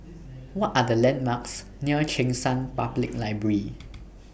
What Are The landmarks near Cheng San Public Library